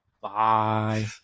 Bye